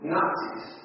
Nazis